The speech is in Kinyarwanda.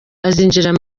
azinjira